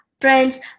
Friends